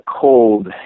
cold